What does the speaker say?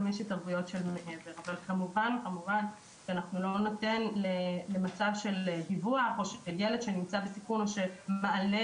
יש התערבויות כמובן שלא ניתן לילד שנמצא בסיכון או מעלה